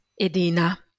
Edina